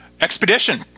Expedition